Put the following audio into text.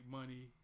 money